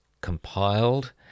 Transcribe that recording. compiled